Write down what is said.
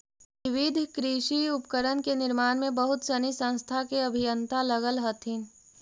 विविध कृषि उपकरण के निर्माण में बहुत सनी संस्था के अभियंता लगल हथिन